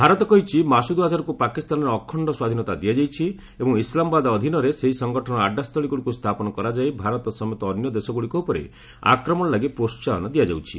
ଭାରତ କହିଛି ମାସୁଦ୍ ଆଝାରକୁ ପାକିସ୍ତାନରେ ଅଖଣ୍ଡ ସ୍ୱାଧୀନତା ଦିଆଯାଇଛି ଏବଂ ଇସଲାମାବାଦ ଅଧୀନରେ ସେହି ସଂଗଠନର ଆଡ୍ରା ସ୍ଥଳୀଗୁଡ଼ିକ ସ୍ଥାପନ କରାଯାଇ ଭାରତ ସମେତ ଅନ୍ୟ ଦେଶଗୁଡ଼ିକ ଉପରେ ଆକ୍ରମଣ ଲାଗି ପ୍ରୋହାହନ ଦିଆଯାଉଛି